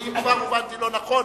ואם כבר הובנתי לא נכון,